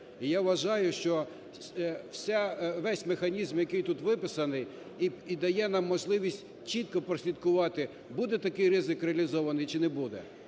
І, я вважаю, що весь механізм, який тут виписаний і дає можливість чітко прослідкувати буде такий ризик реалізований чи не буде.